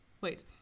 Wait